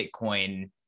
Bitcoin